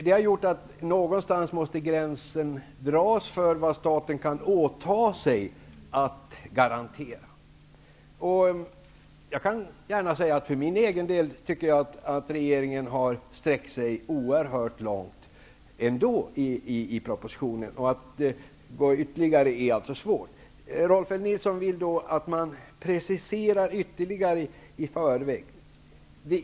Det har gjort att gränsen för vad staten kan åta sig att garantera måste dras någonstans. Jag kan gärna säga att jag för min egen del anser att regeringen trots allt har sträckt sig oerhört långt i propositionen. Att sträcka sig ytterligare är alltför svårt. Rolf L Nilson vill att man i förväg preciserar mer.